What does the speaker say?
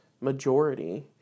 majority